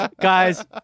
guys